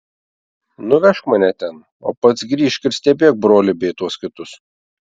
nuvežk mane ten o pats grįžk ir stebėk brolį bei tuos kitus